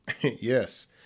Yes